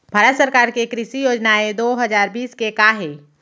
भारत सरकार के कृषि योजनाएं दो हजार बीस के का हे?